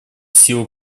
силу